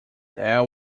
there